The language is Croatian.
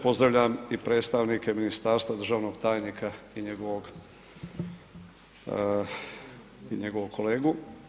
Pozdravljam i predstavnike ministarstva, državnog tajnika i njegovog kolegu.